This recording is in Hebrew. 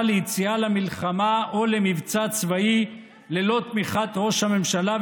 ליציאה למלחמה או למבצע צבאי ללא תמיכת ראש הממשלה,